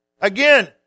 Again